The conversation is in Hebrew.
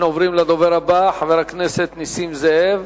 אנחנו עוברים לדובר הבא, חבר הכנסת נסים זאב.